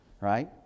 Right